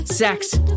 Sex